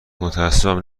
متاسفم